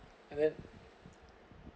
and then